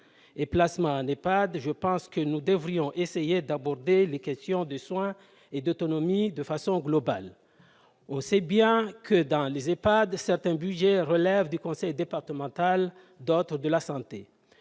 et placement en EHPAD, je pense que nous devrions essayer d'aborder les questions de soins et d'autonomie de façon globale. On sait bien que, dans les EHPAD, certains budgets relèvent du conseil départemental, d'autres de la santé.